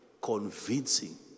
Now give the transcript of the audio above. convincing